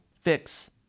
fix